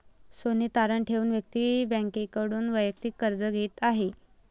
सोने तारण ठेवून व्यक्ती बँकेकडून वैयक्तिक कर्ज घेत आहे